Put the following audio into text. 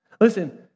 Listen